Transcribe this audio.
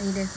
mm